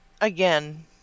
Again